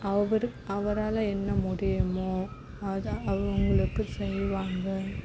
அவரு அவரால் என்ன முடியுமோ அதுதான் அவங்களுக்கு செய்வாங்க